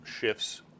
shifts